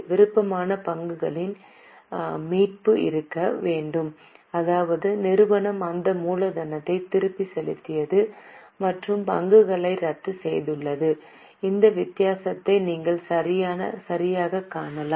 விருப்பமான பங்குகளின் மீட்பு இருக்க வேண்டும் அதாவது நிறுவனம் அந்த மூலதனத்தை திருப்பிச் செலுத்தியது மற்றும் பங்குகளை ரத்து செய்துள்ளது இந்த வித்தியாசத்தை நீங்கள் சரியாகக் காணலாம்